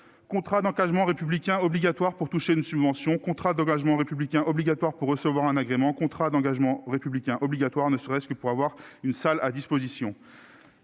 contrat d'engagement républicain obligatoire pour toucher une subvention, contrat d'engagement républicain obligatoire pour recevoir un agrément, contrat d'engagement républicain obligatoire ne serait-ce que pour avoir une salle à disposition